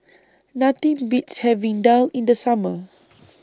Nothing Beats having Daal in The Summer